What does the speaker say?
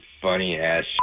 funny-ass